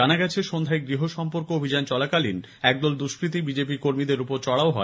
জানা গেছে সন্ধ্যায় গৃহসম্পর্ক অভিযান চলাকালীন একদল দুষ্কৃতী বিজেপি কর্মীদের ওপর চড়াও হয়